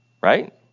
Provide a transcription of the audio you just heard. Right